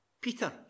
Peter